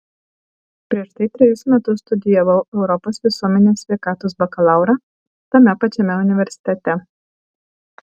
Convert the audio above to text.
prieš tai trejus metus studijavau europos visuomenės sveikatos bakalaurą tame pačiame universitete